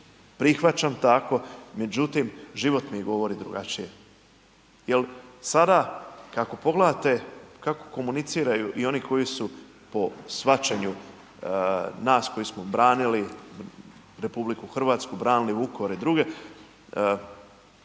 prihvaćam tako, međutim život mi govori drugačije. Jel sada kako pogledate kako komuniciraju i oni koji su po shvaćanju nas koji smo branili RH, branili Vukovar i druge,